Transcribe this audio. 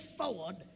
forward